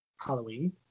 Halloween